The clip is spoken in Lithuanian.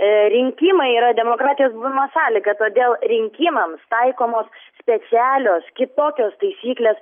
rinkimai yra demokratijos buvimo sąlyga todėl rinkimams taikomos specialios kitokios taisyklės